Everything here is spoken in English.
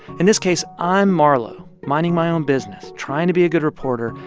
in this case, i'm marlowe, minding my own business, trying to be a good reporter.